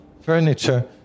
furniture